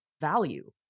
value